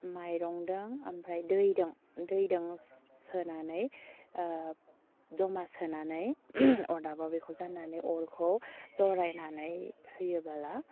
माइरंदों आमफ्राय दैदों दैदों सोनानै जमा सोनानै अदाबाव बेखौ जान्नानै अरखौ जरायनानै होयोबोला